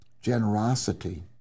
generosity